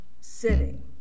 sitting